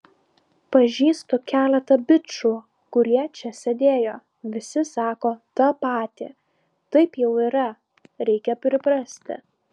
pažįstu keletą bičų kurie čia sėdėjo visi sako tą patį taip jau yra reikia priprasti